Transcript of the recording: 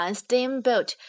steamboat